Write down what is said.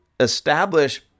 establish